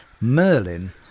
Merlin